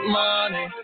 money